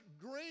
green